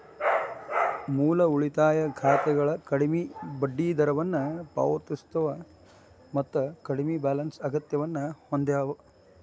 ಮೂಲ ಉಳಿತಾಯ ಖಾತೆಗಳ ಕಡ್ಮಿ ಬಡ್ಡಿದರವನ್ನ ಪಾವತಿಸ್ತವ ಮತ್ತ ಕಡ್ಮಿ ಬ್ಯಾಲೆನ್ಸ್ ಅಗತ್ಯವನ್ನ ಹೊಂದ್ಯದ